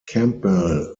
campbell